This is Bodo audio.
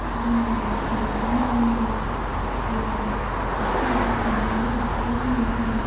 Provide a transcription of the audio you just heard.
जोङो मेगन नायनाय आरिनाय आथिं आखाय थांनाय बेफोरखौबो जोङो मोजां